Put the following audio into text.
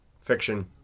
fiction